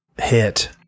Hit